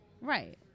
right